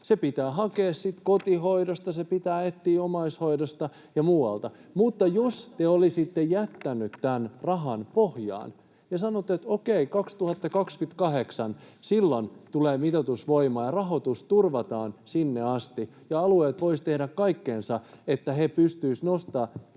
Se pitää hakea sitten kotihoidosta, se pitää etsiä omaishoidosta ja muualta, mutta jos te olisitte jättäneet tämän rahan pohjaan ja sanoneet, että okei, 2028 tulee mitoitus voimaan ja rahoitus turvataan sinne asti, ja alueet voisivat tehdä kaikkensa, että ne pystyisivät nostamaan,